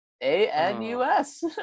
A-N-U-S